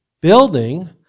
building